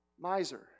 miser